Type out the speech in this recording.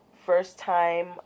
First-time